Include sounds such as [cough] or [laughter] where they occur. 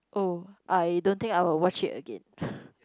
oh I don't think I will watch it again [laughs]